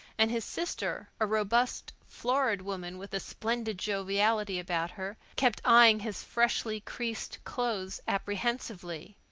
and his sister, a robust, florid woman with a splendid joviality about her, kept eyeing his freshly creased clothes apprehensively.